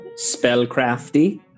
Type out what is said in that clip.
Spellcrafty